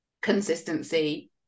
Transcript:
consistency